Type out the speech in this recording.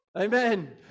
Amen